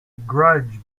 grudge